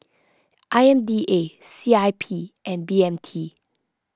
I M D A C I P and B M T